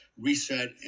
reset